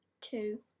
two